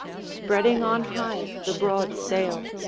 spreading on high the broad sail.